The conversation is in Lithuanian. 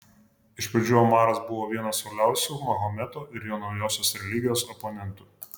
iš pradžių omaras buvo vienas uoliausių mahometo ir jo naujosios religijos oponentų